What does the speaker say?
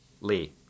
Lee